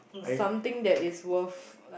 something that is worth like